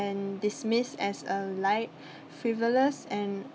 and dismiss as a light frivolous and